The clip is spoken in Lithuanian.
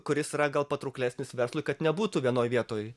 kuris yra gal patrauklesnis verslui kad nebūtų vienoj vietoj